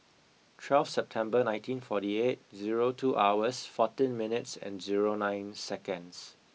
twelve September nineteen forty eight zero two hours fourteen minutes and zero nine seconds